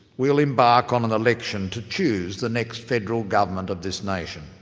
we'll embark on an election to choose the next federal government of this nation.